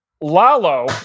Lalo